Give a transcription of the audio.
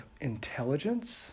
intelligence